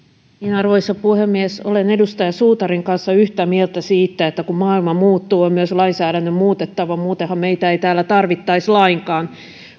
arvoisa puhemies olen edustaja suutarin kanssa yhtä mieltä siitä että kun maailma muuttuu on myös lainsäädännön muututtava muutenhan meitä ei täällä tarvittaisi lainkaan